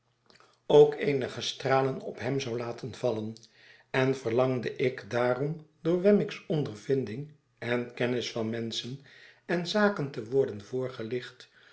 ook eenige stralen op hem zou laten vallen en verlangde ik daarom door wemmick's ondervinding en kennis van menschen en zaken te worden voorgelicht